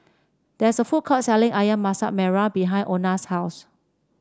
there is a food court selling ayam Masak Merah behind Ona's house